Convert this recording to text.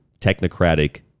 technocratic